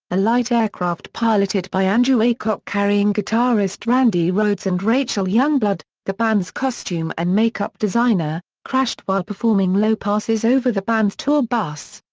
a light aircraft piloted by andrew aycock carrying guitarist randy rhoads and rachel youngblood, the band's costume and make up designer, crashed while performing low passes over the band's tour bus.